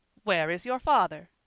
where is your father?